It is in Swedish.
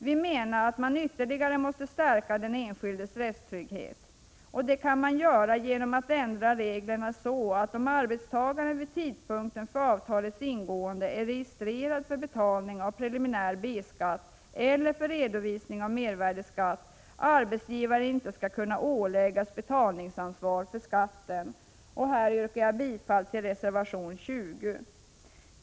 Vi menar att man ytterligare måste stärka den enskildes rättstrygghet. Det kan man göra genom att ändra reglerna så, att om arbetstagaren vid tidpunkten för avtalets ingående är registrerad för betalning av preliminär B-skatt eller för redovisning av mervärdeskatt, arbetsgivaren inte skall kunna åläggas betalningsansvar för skatten. Här yrkar jag bifall till reservation 20.